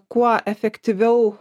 kuo efektyviau